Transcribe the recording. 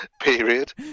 period